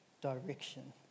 direction